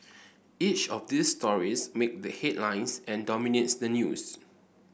each of these stories make the headlines and dominates the news